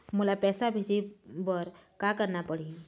मोला पैसा भेजे बर का करना पड़ही?